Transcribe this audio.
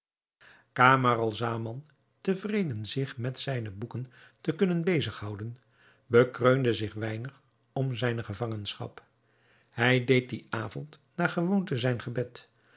camaralzaman tevreden zich met zijne boeken te kunnen bezighouden bekreunde zich weinig om zijne gevangenschap hij deed dien avond naar gewoonte zijn gebed